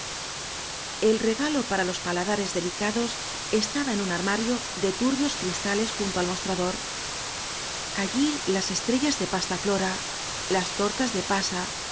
el regalo para los paladares delicados es taba en ua armario de turbios cristales junto al mostrador allí las estrellas de pasta flora las tortas de pasas